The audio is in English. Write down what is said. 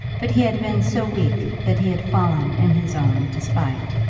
but he had been so weak that he had fallen in his own despite.